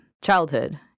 childhood